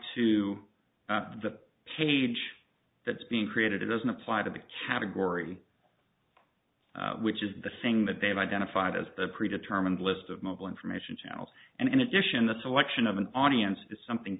to the page that's being created it doesn't apply to the category which is the thing that they've identified as a pre determined list of mobile information channels and in addition the selection of an audience is something